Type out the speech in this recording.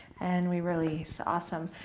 and we release. awesome.